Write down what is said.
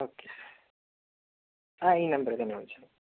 okay ഈ നമ്പറിൽത്തന്നെ വിളിച്ചാൽ മതി